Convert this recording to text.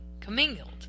commingled